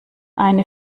eine